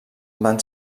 van